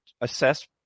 assess